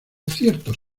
ciertos